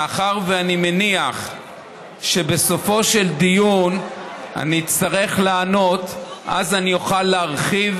מאחר שאני מניח שבסופו של דיון אני אצטרך לענות ואז אני אוכל להרחיב